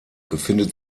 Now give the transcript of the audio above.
befindet